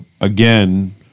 again